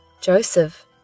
Joseph